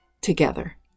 together